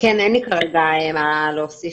אין לי כרגע מה להוסיף,